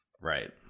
Right